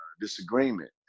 disagreement